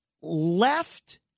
left